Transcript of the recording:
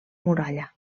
muralla